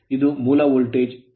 ಇದು ಮೂಲ voltage V